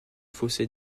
fossé